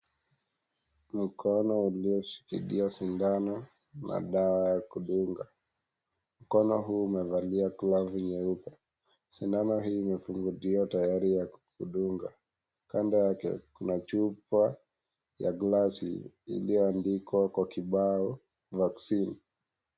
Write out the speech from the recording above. Mkono ulioshikilia shindano na dawa ya kudunga mkono huu umevalia glavu nyeupe sindano hii imefunguliwa tayari ya kudunga kando yake kuna chupa ya glasi ilioandikwa kwa kibao vaccine .